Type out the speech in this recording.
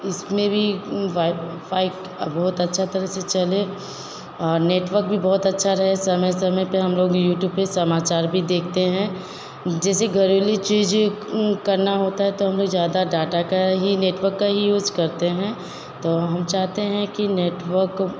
इसमें भी वाईफाई बहुत अच्छी तरह से चले नेटवर्क भी बहुत अच्छा रहे समय समय पर हम लोग यूट्यूब पर समाचार भी देखते हैं जैसे घरेलू चीज करना होता है तो हमें ज़्यादा डाटा का ही नेटवर्क का ही यूज करते हैं तो हम चाहते हैं कि नेटवर्क